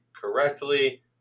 correctly